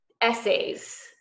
essays